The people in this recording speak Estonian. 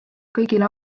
kõigile